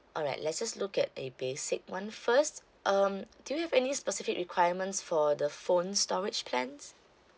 alright let's just look at a basic [one] first um do you have any specific requirements for the phone storage plans